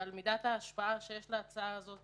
אבל מידת ההשפעה שיש להצעה הזאת